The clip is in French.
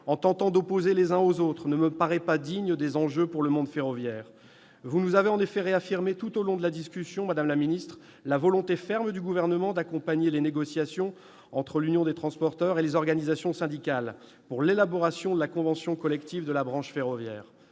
en tentant d'opposer les uns aux autres ne me paraît pas digne des enjeux du monde ferroviaire. Vous avez en effet réaffirmé tout au long de la discussion, madame la ministre, la ferme volonté du Gouvernement d'accompagner les négociations entre l'UTP, l'Union des transports publics et ferroviaires, et les organisations syndicales pour l'élaboration de la convention collective de la branche ferroviaire.